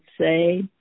say